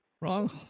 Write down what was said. Wrong